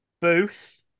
Booth